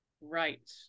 Right